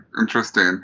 Interesting